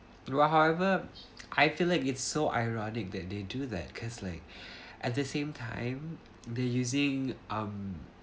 however I feel like it's so ironic that they do that cause like at the same time they're using um